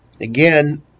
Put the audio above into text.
Again